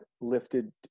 lifted